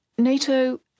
NATO